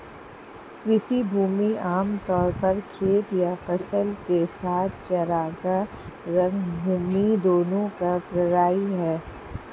कृषि भूमि आम तौर पर खेत या फसल के साथ चरागाह, रंगभूमि दोनों का पर्याय है